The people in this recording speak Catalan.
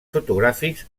fotogràfics